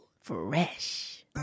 fresh